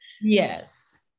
yes